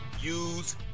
use